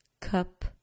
cup